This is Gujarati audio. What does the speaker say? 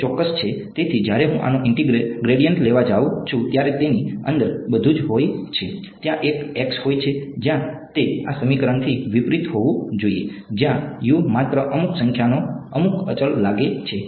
તે ચોક્કસ છે તેથી જ્યારે હું આનો ગ્રેડિયન્ટ લેવા જાઉં છું ત્યારે તેની અંદર બધું જ હોય છે ત્યાં એક હોય છે જ્યાં તે આ સમીકરણથી વિપરીત હોવું જોઈએ જ્યાં માત્ર અમુક સંખ્યાનો અમુક અચળ લાગે છે